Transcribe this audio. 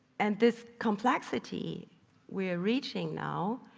and this complexity we are reaching now,